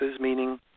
meaning